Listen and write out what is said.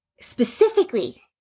specifically